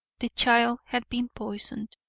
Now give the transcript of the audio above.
the child had been poisoned,